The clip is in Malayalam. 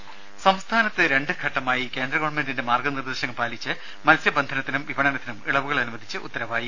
രുദ സംസ്ഥാനത്ത് രണ്ട് ഘട്ടമായി കേന്ദ്ര ഗവൺമെന്റിന്റെ മാർഗ്ഗനിർദ്ദേശങ്ങൾ പാലിച്ച് മത്സ്യബന്ധനത്തിനും വിപണനത്തിനും ഇളവുകൾ അനുവദിച്ച് ഉത്തരവായി